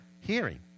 Hearing